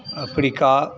Africa